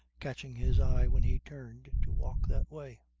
catching his eye when he turned to walk that way.